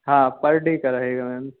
हाँ per day का रहेगा मैम